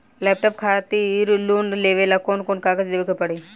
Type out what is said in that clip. Laptop खातिर loan लेवे ला कौन कौन कागज देवे के पड़ी?